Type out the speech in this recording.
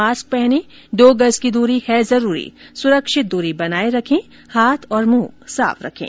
mask पहनें दो गज की दूरी है जरूरी सुरक्षित दूरी बनाए रखें हाथ और मुंह साफ रखें